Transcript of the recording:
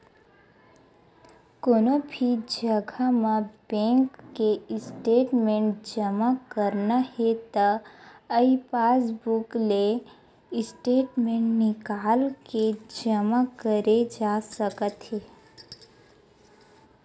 कोनो भी जघा म बेंक के स्टेटमेंट जमा करना हे त ई पासबूक ले स्टेटमेंट निकाल के जमा करे जा सकत हे